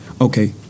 okay